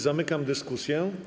Zamykam dyskusję.